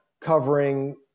covering